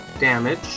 damage